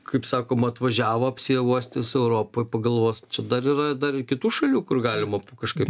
kaip sakoma atvažiavo apsiuostys europoj pagalvos čia dar yra dar ir kitų šalių kur galima kažkaip